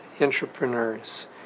entrepreneurs